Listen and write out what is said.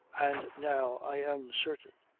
and now i am certain.